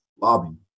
lobby